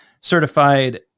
certified